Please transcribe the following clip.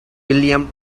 william